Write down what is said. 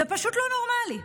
זה פשוט לא נורמלי.